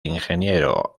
ingeniero